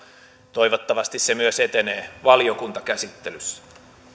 toivottavasti se myös etenee valiokuntakäsittelyssä